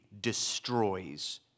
destroys